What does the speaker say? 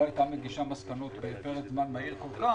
גם אם הייתה קיימת היא לא הייתה מגישה מסקנות בפרק זמן מהיר כל כך,